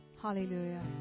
Hallelujah